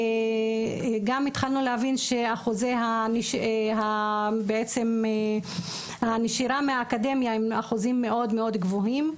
גם התחלנו להבין שאחוזי הנשירה מהאקדמיה הם אחוזים מאוד גבוהים.